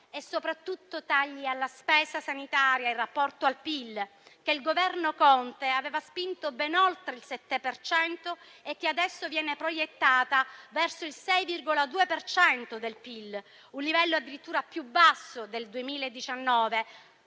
soprattutto, tagli alla spesa sanitaria in rapporto al PIL, che il Governo Conte aveva spinto ben oltre il 7 per cento e che adesso viene proiettata verso il 6,2 per cento del PIL, un livello addirittura più basso del 2019